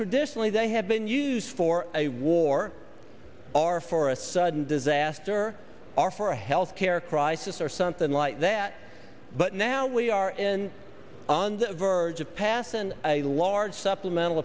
traditionally they have been used for a war or for a sudden disaster or for a health care crisis or something like that but now we are in on the verge of pass and a large supplemental